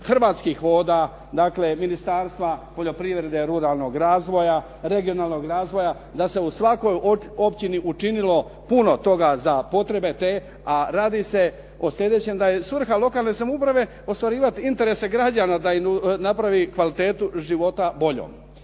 Hrvatskih voda, dakle Ministarstva poljoprivrede, ruralnog razvoja, regionalnog razvoja da se u svakoj općini učinilo puno toga za potrebe te, a radi se o sljedećem da je svrha lokalne samouprave ostvarivati interese građana da im napravi kvalitetu života boljom.